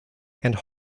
and